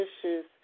issues